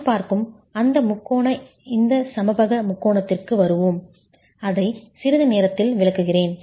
நான் பார்க்கும் அந்த முக்கோண இந்த சமபக்க முக்கோணத்திற்கு வருவோம் அதை சிறிது நேரத்தில் விளக்குகிறேன்